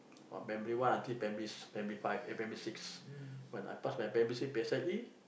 primary one until primary five eh primary six when I passed my primary six P_S_L_E